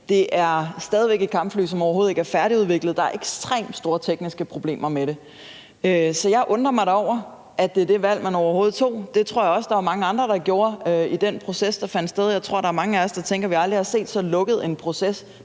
Det er stadig væk et kampfly, som overhovedet ikke er færdigudviklet. Der er ekstremt store tekniske problemer med det. Så jeg undrer mig da over, at det er det valg, man overhovedet tog. Det tror jeg også der var mange andre der gjorde i den proces, der fandt sted. Jeg tror, der er mange af os, der tænker, at vi aldrig har set så lukket en proces.